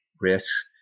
risks